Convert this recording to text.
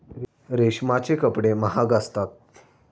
रेशमाचे कपडे महाग असतात